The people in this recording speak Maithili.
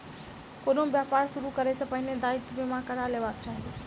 कोनो व्यापार शुरू करै सॅ पहिने दायित्व बीमा करा लेबाक चाही